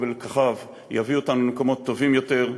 ולקחיו יביאו אותנו למקומות טובים יותר.